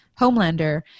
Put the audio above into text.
Homelander